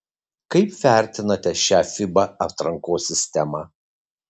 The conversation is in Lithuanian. kaip vertinate šią fiba atrankos sistemą